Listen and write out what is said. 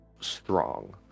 strong